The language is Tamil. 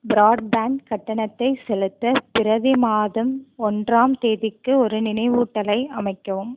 பிராட்பேண்ட் கட்டணத்தை செலுத்த பிரதி மாதம் ஒன்றாம் தேதிக்கு ஒரு நினைவூட்டலை அமைக்கவும்